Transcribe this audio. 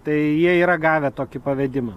tai jie yra gavę tokį pavedimą